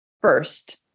first